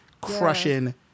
crushing